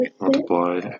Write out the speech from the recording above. multiply